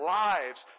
lives